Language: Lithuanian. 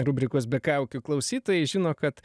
rubrikos be kaukių klausytojai žino kad